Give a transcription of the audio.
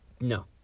No